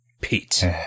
Pete